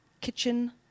kitchen